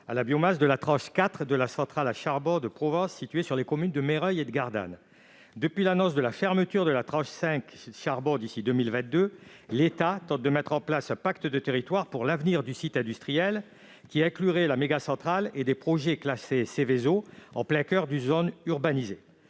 à la biomasse de la tranche 4 de la centrale à charbon de Provence, située sur les communes de Meyreuil et de Gardanne. Depuis l'annonce de la fermeture de la tranche 5 charbon d'ici à 2022, l'État tente de mettre en place un pacte de territoire pour l'avenir du site industriel, qui inclurait la méga-centrale et des projets classés Seveso en plein coeur d'une zone urbanisée.